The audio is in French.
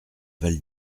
val